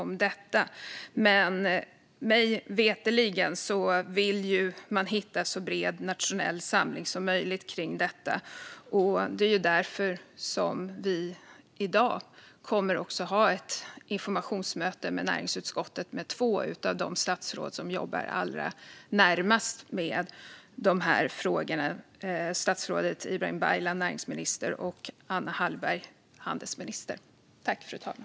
Men mig veterligen vill man hitta en så bred nationell samling som möjligt kring detta. Det är också därför vi i dag kommer att ha ett informationsmöte i näringsutskottet med två av de statsråd som jobbar allra närmast de här frågorna: näringsminister Ibrahim Baylan och handelsminister Anna Hallberg.